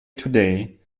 today